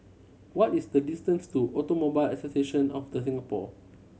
what is the distance to Automobile Association of The Singapore